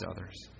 others